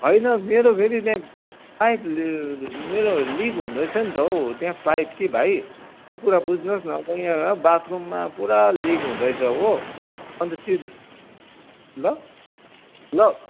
होइन मेरो फेरि त्यहाँ पाइप मेरो लिक हुँदैछ नि त हौ त्यहाँ पाइप कि भाइ त्यो कुरा बुझिदिनुहोस् न यहाँ बाथरूममा पुरा लिक हुँदैछ हो अन्त त्यो ल ल